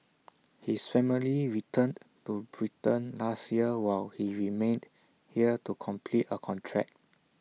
his family returned to Britain last year while he remained here to complete A contract